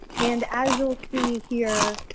and as you'll see here,